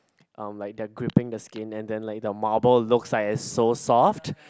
um like they are gripping the skin and then like the Marvel looks like it's so soft